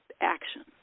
action